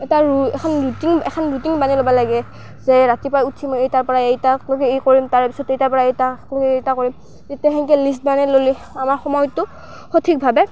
এটা ৰু এখন ৰুটিন এখন ৰুটিন বনাই ল'ব লাগে যে ৰাতিপুৱা উঠি মই এইটোৰ পৰা এইটো লৈ এই কৰিম তাৰে পিছত এইটোৰ পৰা এইটো লৈ এইটো কৰিম তেতিয়া সেনেকৈ লিষ্ট বনাই ল'লে আমাৰ সময়টো সঠিকভাৱে